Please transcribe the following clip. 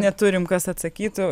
neturim kas atsakytų